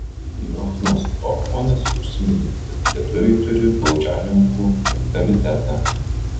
johnas ohmanas užsiminė kad lietuviai turi baudžiauninkų mentalitetą